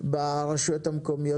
ברשויות המקומיות.